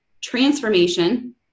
transformation